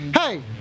Hey